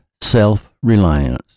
self-reliance